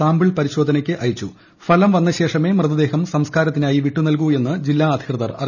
sample പരിശോധനക്ക് അയച്ചു ഫലം വന്ന ശേഷമേ മൃതദേഹം സംസ്കാരത്തിനായി വിട്ടു നൽകു എന്ന് ജില്ലാ അധികൃതർ അറിയിച്ചു